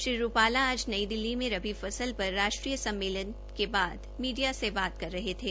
श्री रूपाला आज नई दिल्ली में रबी फस्ल पर राष्ट्रीय सम्मेलन के बाद मीडिया से बात कर रहे थे